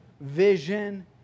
vision